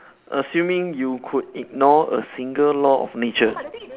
assuming you could ignore a single law of nature